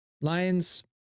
Lions